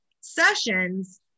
sessions